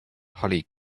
holly